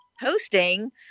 hosting